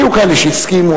היו כאלה שהסכימו,